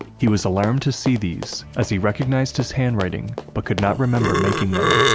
he was alarmed to see these as he recognized his handwriting but could not remember making them.